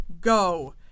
go